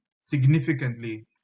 significantly